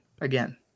again